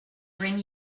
bring